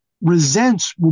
resents